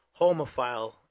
homophile